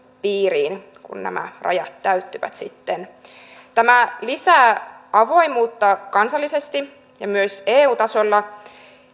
piiriin kun nämä rajat täyttyvät tämä lisää avoimuutta kansallisesti ja myös eu tasolla